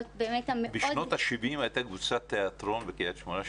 בשנות ה-70' הייתה קבוצת תיאטרון בקריית שמונה,